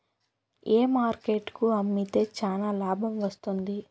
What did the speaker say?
ఏ market కు అమ్మితే చానా లాభం వస్తుంది?